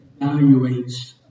evaluates